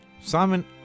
Simon